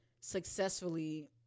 successfully